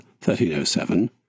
1307